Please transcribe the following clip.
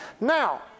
Now